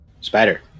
Spider